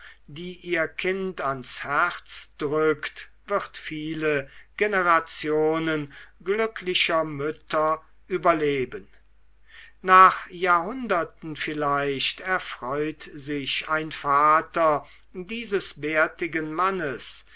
die ihr kind ans herz drückt wird viele generationen glücklicher mütter überleben nach jahrhunderten vielleicht erfreut sich ein vater dieses bärtigen mannes